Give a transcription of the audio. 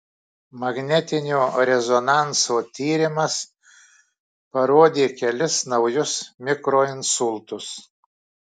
magnetinio rezonanso tyrimas parodė kelis naujus mikroinsultus